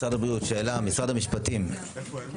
יצרן או יבואן ששיווק תמרוק בלי שהפרטים האמורים